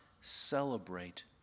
celebrate